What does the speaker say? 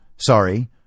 Sorry